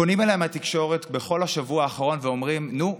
פונים אליי מהתקשורת בכל השבוע האחרון ואומרים: נו,